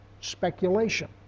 speculation